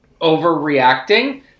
overreacting